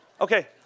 okay